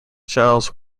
giles